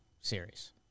series